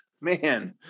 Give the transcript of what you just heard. Man